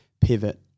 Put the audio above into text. pivot